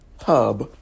hub